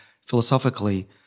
philosophically